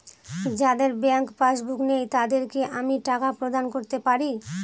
যাদের bank passbook নেই তাদের কি আমি টাকা প্রদান করতে পারি?